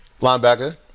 Linebacker